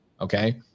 Okay